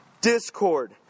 discord